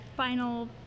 final